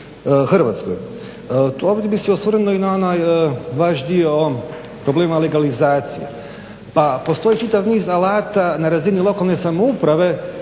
Hrvatskoj. Ovdje bih se osvrnuo i na onaj vaš dio o ovom problemu legalizacije. Pa postoji čitav niz alata na razini lokalne samouprave